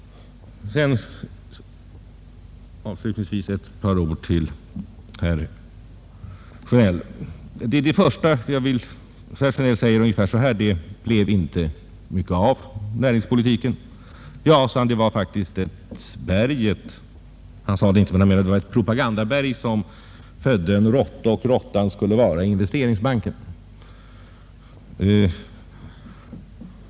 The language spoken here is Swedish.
Jag vill avslutningsvis säga ett par ord till herr Sjönell. Han menade att det inte blev så mycket av näringspolitiken. Ja, han sade det inte men han menade att det faktiskt var ett propagandaberg som födde en råtta; råttan skulle vara Investeringsbanken.